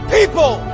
People